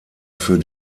für